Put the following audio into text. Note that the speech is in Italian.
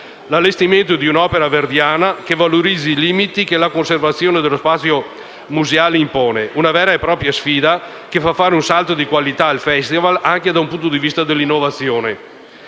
l'allestimento di un'opera verdiana che valorizzi i limiti che la conservazione dello spazio museale impone; una vera e propria sfida che fa fare un salto di qualità al Festival anche dal punto di vista dell'innovazione.